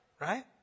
right